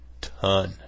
ton